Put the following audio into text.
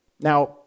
Now